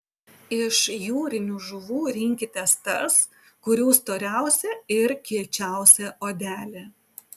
iš jūrinių žuvų rinkitės tas kurių storiausia ir kiečiausia odelė